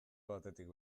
batetik